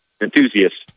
enthusiasts